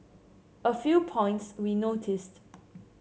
a few points we noticed